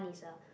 is a